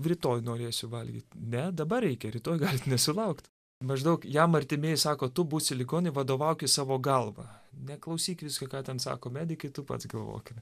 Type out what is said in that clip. rytoj norėsiu valgyt ne dabar reikia rytoj galit nesulaukt maždaug jam artimieji sako tu būsi ligoninėj vadovaukis savo galva neklausyk visko ką ten sako medikai tu pats galvok